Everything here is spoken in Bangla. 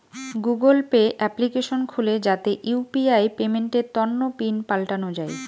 গুগল পে এপ্লিকেশন খুলে যাতে ইউ.পি.আই পেমেন্টের তন্ন পিন পাল্টানো যাই